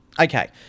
okay